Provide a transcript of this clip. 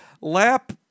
lap